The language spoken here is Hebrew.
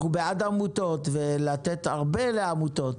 אנחנו בעד עמותות ולתת הרבה לעמותות.